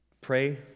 pray